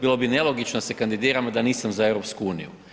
Bilo bi nelogično da se kandidiram da nisam za EU.